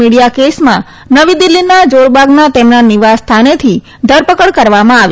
media કેસમાં નવી દિલ્ફીના જારબાગના તેમના નિવાસ સ્થાનેથી ધરપકડ કરવામાં આવી